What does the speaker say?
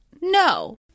no